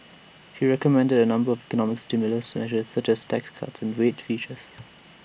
he recommended A number of economic stimulus measures such as tax cuts wage freezes